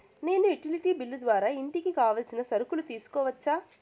నేను utility bill ద్వారా ఇంటికి కావాల్సిన సరుకులు తీసుకోవచ్చా?